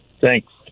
Thanks